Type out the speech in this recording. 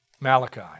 Malachi